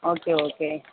okay okay